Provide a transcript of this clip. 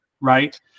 right